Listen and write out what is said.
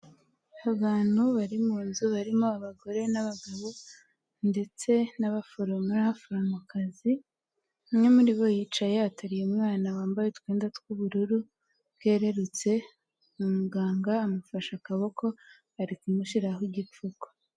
Abantu bari mu nzu barimo abagore n'abagabo ndetse n'abaforomo n'abaforomokazi, umwe muri bo yicaye ateruye umwana wambaye utwenda tw'ubururu bwerurutse, umuganga amufashe akaboko ari kumushyiriraho igipfuko